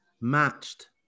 matched